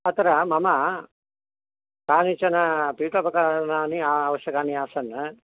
अत्र मम कानिचन पीठोपकरणानि आवश्यकानि आसन्